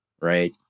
right